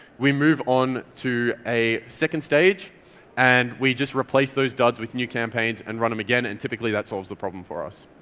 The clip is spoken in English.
we move on to a second stage and we just replace those duds with new campaigns and run them again, and typically that solves the problem for us.